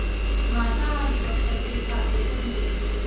मांसाहारी पक्ष्याचे खाद्य कोणते?